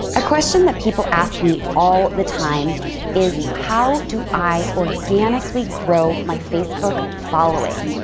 a question that people ask me all the time is how do i organically grow my facebook following.